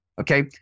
okay